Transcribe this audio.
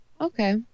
okay